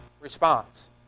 response